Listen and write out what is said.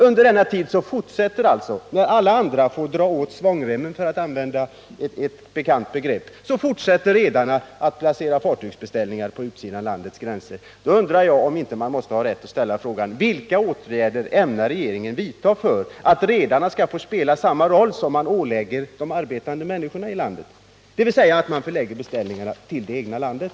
Under denna tid, när alla andra fått dra åt svångremmen för att använda ett bekant begrepp, fortsatte redarna att placera fartygsbeställningar utanför landets gränser. Då undrar jag om man inte har rätt att ställa frågan: Vilka åtgärder ämnar regeringen vidta för att få redarna att spela samma roll som man ålägger de arbetande människorna i landet, dvs. förlägga beställningarna till det egna landet?